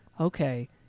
okay